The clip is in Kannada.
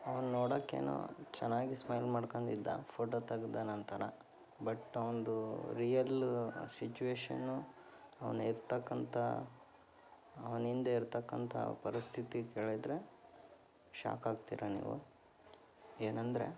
ಅವನು ನೋಡಕೇನೊ ಚೆನ್ನಾಗಿ ಸ್ಮೈಲ್ ಮಾಡ್ಕೊಂಡು ಇದ್ದ ಫೋಟೋ ತೆಗೆದ ನಂತರ ಬಟ್ ಅವ್ನದು ರಿಯಲ್ ಸಿಚುವೇಶನು ಅವನು ಇರ್ತಕ್ಕಂಥ ಅವನ ಹಿಂದೆ ಇರ್ತಕ್ಕಂಥ ಪರಿಸ್ಥಿತಿ ಕೇಳಿದರೆ ಶಾಕ್ ಆಗ್ತೀರ ನೀವು ಏನಂದರೆ